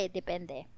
depende